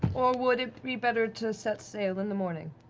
or would it be better to set sail in the morning?